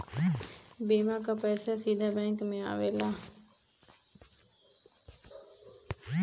बीमा क पैसा सीधे बैंक में आवेला का?